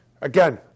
again